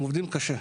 הם עובדים קשה,